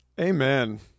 Amen